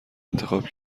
انتخاب